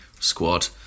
Squad